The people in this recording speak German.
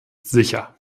sicher